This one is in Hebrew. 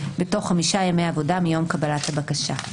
בתוך חמישה ימי עבודה מיום קבלת הבקשה.